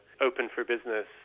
open-for-business